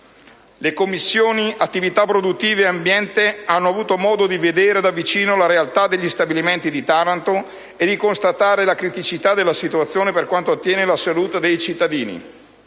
Le Commissioni attività produttive e ambiente hanno avuto modo di vedere da vicino la realtà degli stabilimenti di Taranto e di constatare la criticità della situazione per quanto attiene alla salute dei cittadini.